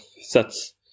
sets